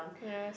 yes